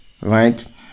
right